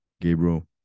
Gabriel